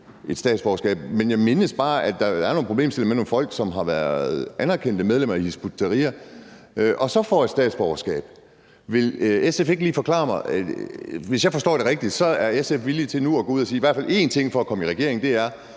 få statsborgerskab? Jeg mindes bare, at der er en problemstilling med nogle folk, som har været anerkendte medlemmer af Hizb ut-Tahrir og så får et statsborgerskab. Vil SF ikke lige forklare mig det? Hvis jeg forstår det rigtigt, er SF nu villige til at gå ud og sige i hvert fald én ting for at komme i regering, og det er,